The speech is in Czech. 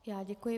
Já děkuji.